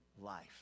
life